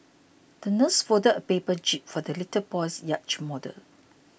the nurse folded a paper jib for the little boy's yacht model